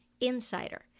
insider